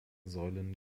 säulen